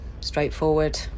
straightforward